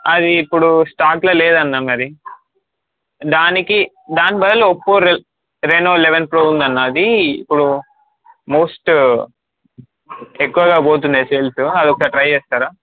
అది ఇప్పుడు స్టాక్లో లేదు అన్నా మరి దానికి దాని బదులు ఒప్పో రె రెనో లెవెన్ ప్రో ఉంది అన్నా అది ఇప్పుడు మోస్ట్ ఎక్కువగా పోతున్నాయ్ సేల్స్ అది ఒకసారి ట్రై చేస్తారా